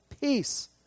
peace